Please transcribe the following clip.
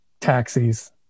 taxis